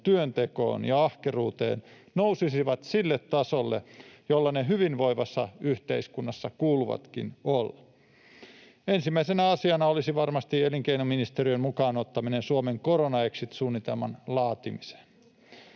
työntekoon ja ahkeruuteen nousisivat sille tasolle, jolla niiden hyvinvoivassa yhteiskunnassa kuuluukin olla. Ensimmäisenä asiana olisi varmasti elinkeinoministeriön mukaan ottaminen Suomen korona-exit-suunnitelman laatimiseen.